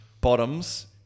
bottoms